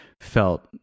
felt